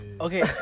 Okay